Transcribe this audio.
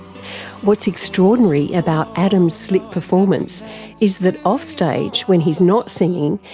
what's extraordinary about adam's slick performance is that off-stage, when he's not singing,